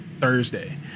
Thursday